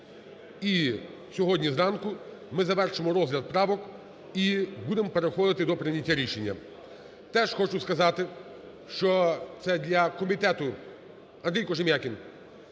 і сьогодні зранку ми завершимо розгляд правок і будемо переходити до прийняття рішення. Теж хочу сказати, що це для комітету… Андрій Кожем'якін,